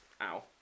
ow